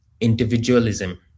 individualism